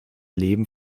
leben